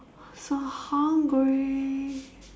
so hungry